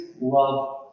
love